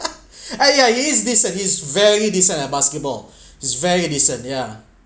!aiya! you use this uh is very decent uh basketball is very decent ya